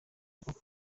ashaka